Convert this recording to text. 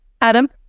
Adam